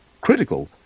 critical